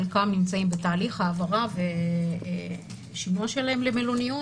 חלקם נמצאים בתהליך העברה ושינוע שלהם למלוניות.